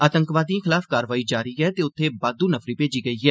आतंकवादिएं खलाफ कार्रवाई जारी ऐ ते उत्थे बाद्धू नफरी मेजी गेई ऐ